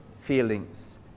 feelings